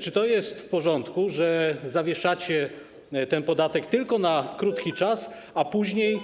Czy to jest w porządku, że zawieszacie ten podatek tylko na krótki czas, a później